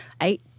eight